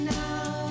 now